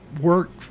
work